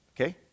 Okay